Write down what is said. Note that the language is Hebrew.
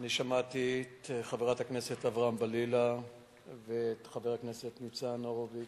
שמעתי את חברת הכנסת אברהם-בלילא ואת חבר הכנסת ניצן הורוביץ,